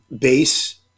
base